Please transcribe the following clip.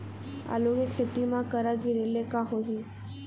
आलू के खेती म करा गिरेले का होही?